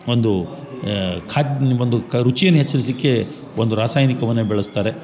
ಒಂದು ಖಾದ್ ಒಂದು ಕ ರುಚಿಯನ್ನು ಹೆಚ್ಚಿಸಲಿಕ್ಕೆ ಒಂದು ರಾಸಾಯನಿಕವನ್ನ ಬೆಳಿಸ್ತಾರೆ